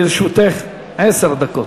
לרשותך עשר דקות.